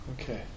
Okay